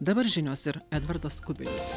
dabar žinios ir edvardas kubilius